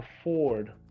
afford